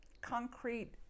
concrete